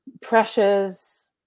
pressures